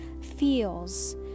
feels